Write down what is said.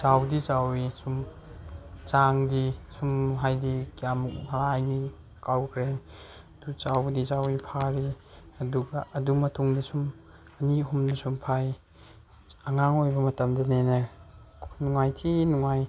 ꯆꯥꯎꯗꯤ ꯆꯥꯎꯋꯤ ꯁꯨꯝ ꯆꯥꯡꯒꯤ ꯁꯨꯝ ꯍꯥꯏꯗꯤ ꯀꯌꯥꯃꯨꯛ ꯍꯥꯏꯗꯤ ꯀꯥꯎꯈ꯭ꯔꯦ ꯑꯗꯨ ꯆꯥꯎꯕꯗꯤ ꯆꯥꯎꯋꯤ ꯐꯥꯔꯦ ꯑꯗꯨꯒ ꯑꯗꯨ ꯃꯇꯨꯡꯗꯁꯨ ꯑꯅꯤ ꯑꯍꯨꯝꯁꯨꯝ ꯐꯥꯏ ꯑꯉꯥꯡ ꯑꯣꯏꯕ ꯃꯇꯝꯗꯅ ꯍꯦꯟꯅ ꯅꯨꯡꯉꯥꯏ ꯊꯤ ꯅꯨꯡꯉꯥꯏ